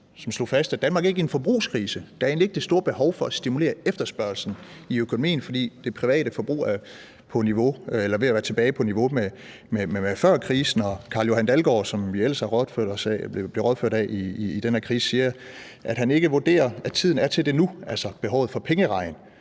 som slog fast, at Danmark ikke er i en forbrugskrise. Der er egentlig ikke det store behov for at stimulere efterspørgslen i økonomien, fordi det private forbrug er ved at være tilbage på niveau med før krisen. Carl-Johan Dalgaard, som vi ellers har rådført os med i den her krise, siger, at han ikke vurderer, at tiden er til det, altså behovet for en pengeregn.